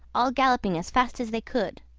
all galloping as fast as they could.